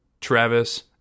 Travis